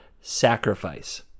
Sacrifice